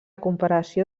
comparació